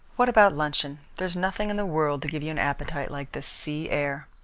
what about luncheon? there's nothing in the world to give you an appetite like this sea air.